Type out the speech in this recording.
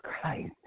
Christ